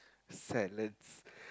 salads